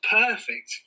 perfect